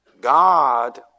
God